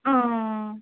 অঁ